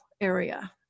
area